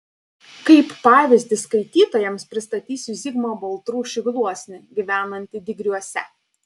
kaip pavyzdį skaitytojams pristatysiu zigmą baltrušį gluosnį gyvenantį digriuose